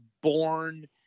born